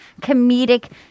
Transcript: comedic